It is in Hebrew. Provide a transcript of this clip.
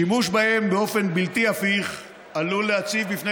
שימוש בהם באופן בלתי הפיך עלול להציב בפני